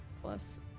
plus